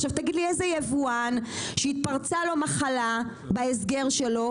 עכשיו תגיד לי איזה יבואן שהתפרצה לו מחלה בהסגר שלו,